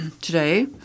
today